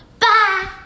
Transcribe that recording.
Bye